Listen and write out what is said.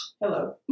Hello